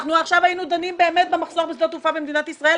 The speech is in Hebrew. היינו דנים עכשיו במחסור בשדות תעופה במדינת ישראל